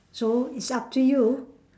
so it's up to you